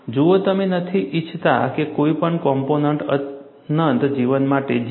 જુઓ તમે નથી ઇચ્છતા કે કોઈ પણ કોમ્પોનન્ટ અનંત જીવન માટે જીવે